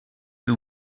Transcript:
who